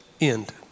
end